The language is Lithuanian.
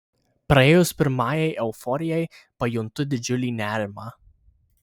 praėjus pirmajai euforijai pajuntu didžiulį nerimą